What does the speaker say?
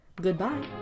Goodbye